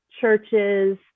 churches